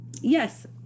Yes